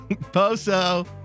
Poso